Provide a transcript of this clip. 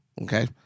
Okay